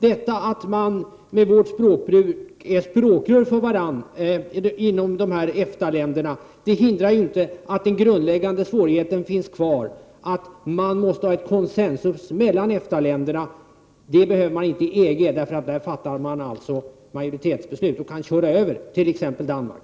Att man inom EFTA-länderna — med miljöpartiets språkbruk — är språkrör för varandra hindrar ju inte att den grundläggande svårigheten finns kvar, dvs. det måste råda consensus mellan EFTA-länderna. Det behöver man inte i EG, eftersom man där fattar majoritetsbeslut och kan köra över t.ex. Danmark.